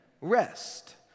rest